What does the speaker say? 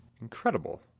Incredible